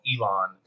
Elon